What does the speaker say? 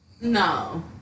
no